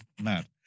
Mad